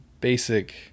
basic